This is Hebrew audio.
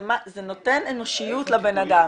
זה נותן אנושיות לבנאדם.